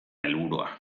helburua